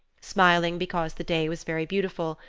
smiling because the day was very beautiful,